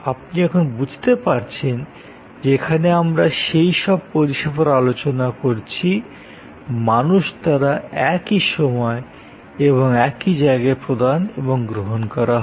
আপনি এখন বুঝতে পারছেন যে এখানে আমরা সেই সব পরিষেবার আলোচনা করছি মানুষ দ্বারা একই সময় এবং একই জায়গায় প্রদান এবং গ্রহণ করা হয়